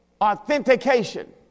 authentication